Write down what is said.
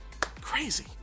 Crazy